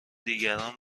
دیگران